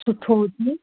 सुठो हुजे